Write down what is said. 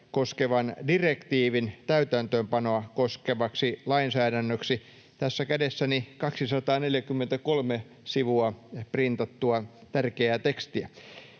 koskevan direktiivin täytäntöönpanoa koskevaksi lainsäädännöksi. Tässä kädessäni on 243 sivua printattua tärkeää tekstiä.